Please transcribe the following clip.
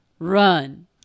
run